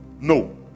No